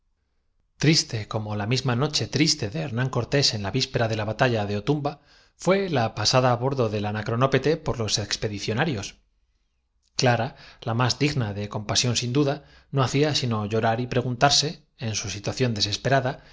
priste como la misma noche triste de hernán cortés en la víspera de la batalla de otumba fué la pasada á bordo del anacronópete por los expedicionarios clara la más digna de compasión sin duda no hacía sino llorar y pregun tarse en su situación desesperada